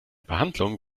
behandlung